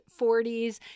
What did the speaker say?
40s